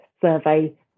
survey